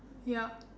yup